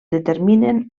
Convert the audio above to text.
determinen